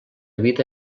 vida